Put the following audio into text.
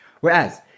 Whereas